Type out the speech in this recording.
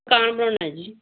ਮਕਾਨ ਬਣਾਉਣਾ ਜੀ